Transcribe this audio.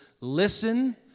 Listen